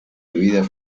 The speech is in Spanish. debida